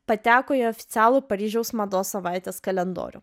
pateko į oficialų paryžiaus mados savaitės kalendorių